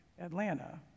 Atlanta